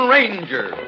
Ranger